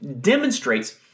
demonstrates